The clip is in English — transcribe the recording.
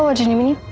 genie meanie.